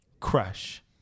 Crush